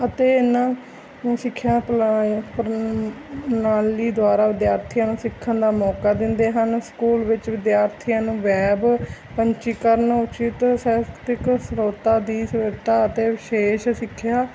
ਅਤੇ ਇਹਨਾਂ ਨੂੰ ਸਿੱਖਿਆ ਪ੍ਰਣਾਲੀ ਦੁਆਰਾ ਵਿਦਿਆਰਥੀਆਂ ਨੂੰ ਸਿੱਖਣ ਦਾ ਮੌਕਾ ਦਿੰਦੇ ਹਨ ਸਕੂਲ ਵਿੱਚ ਵਿਦਿਆਰਥੀਆਂ ਨੂੰ ਵੈਬ ਪੰਜੀਕਰਨ ਉਚਿਤ ਸਾਹਿਤਕ ਸ੍ਰੋਤਾਂ ਦੀ ਸੁਵਿਧਾ ਅਤੇ ਵਿਸ਼ੇਸ਼ ਸਿੱਖਿਆ